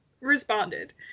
responded